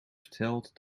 verteld